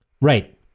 Right